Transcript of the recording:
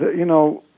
you know